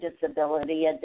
disability